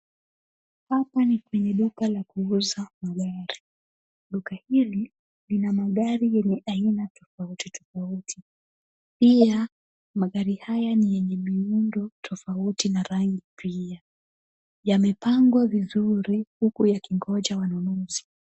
Hapa ni kwenye duka la kuuza magari. Duka hili, lina magari yenye aina tofauti tofauti. Pia, magari haya ni yenye muundo tofauti na rangi pia. Yamepangwa vizuri huku yakingoja wanunuzi.